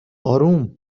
اروم